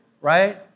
right